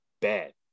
bad